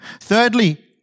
Thirdly